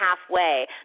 halfway